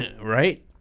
Right